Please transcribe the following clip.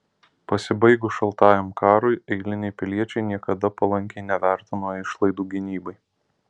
pasibaigus šaltajam karui eiliniai piliečiai niekada palankiai nevertino išlaidų gynybai